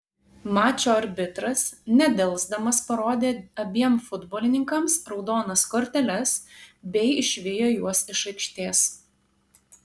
mačo arbitras nedelsdamas parodė abiem futbolininkams raudonas korteles bei išvijo juos iš aikštės